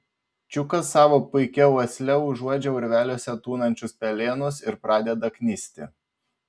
čiukas savo puikia uosle užuodžia urveliuose tūnančius pelėnus ir pradeda knisti